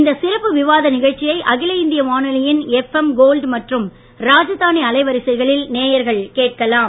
இந்த சிறப்பு விவாத நிகழ்ச்சியை அகில இந்திய வானொலியின் எப்எம் கோல்ட் மற்றும் ராஜதானி அலைவரிசைகளில் நேயர்கள் கேட்கலாம்